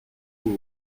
vous